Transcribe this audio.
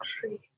three